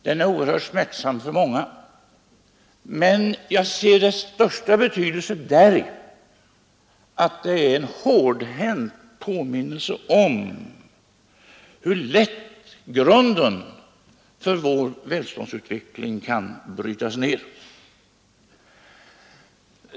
Den är oerhört smärtsam för många, men jag ser dess största betydelse däri, att det är en hårdhänt påminnelse om hur lätt grunden för vår välståndsutveckling kan brytas ner.